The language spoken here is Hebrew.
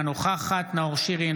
אינה נוכחת נאור שירי,